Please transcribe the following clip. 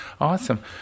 Awesome